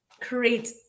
create